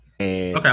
Okay